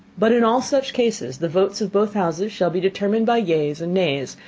but in all such cases the votes of both houses shall be determined by yeas and nays,